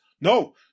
No